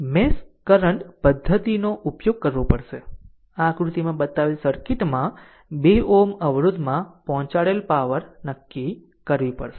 mesh current પદ્ધતિનો ઉપયોગ કરવો પડશે આ આકૃતિમાં બતાવેલ સર્કિટમાં 2 Ωઅવરોધમાં પહોંચાડેલ પાવર નક્કી કરવી પડશે